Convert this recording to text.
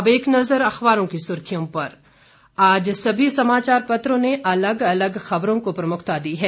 अब एक नजर अखबारों की सुर्खियों पर आज सभी समाचार पत्रों ने अलग अलग खबरों को प्रमुखता दी है